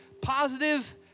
positive